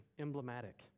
emblematic